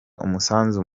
umusanzu